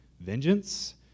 Vengeance